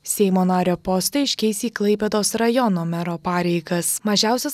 seimo nario postą iškeis į klaipėdos rajono mero pareigas mažiausias